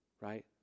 Right